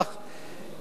שאפשר,